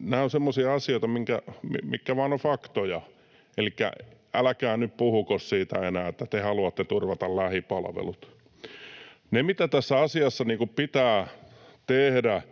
Nämä ovat semmoisia asioita, mitkä vaan ovat faktoja. Elikkä älkää nyt puhuko siitä enää, että te haluatte turvata lähipalvelut. Mitä tässä asiassa pitää tehdä